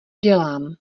dělám